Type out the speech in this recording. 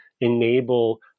enable